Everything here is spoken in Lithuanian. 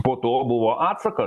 po to buvo atsakas